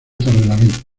torrelavit